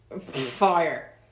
fire